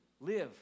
live